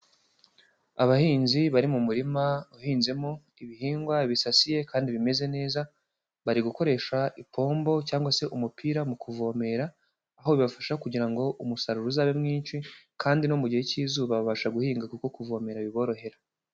Abahinzi bari mu murima uhinzemo ibihingwa bisasiye kandi bimeze neza, bari gukoresha ipombo cyangwa se umupira mu kuvomera, aho bibafasha kugira ngo umusaruro uzabe mwinshi kandi no mu gihe cy'izuba babasha guhinga kuko kuvomera biborohera.